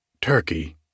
Turkey